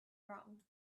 wrong